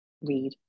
read